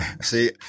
see